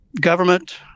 government